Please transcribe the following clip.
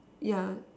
yeah